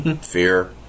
fear